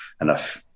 enough